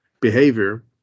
behavior